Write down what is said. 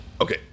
Okay